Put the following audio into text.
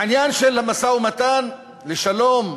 בעניין של המשא-ומתן לשלום,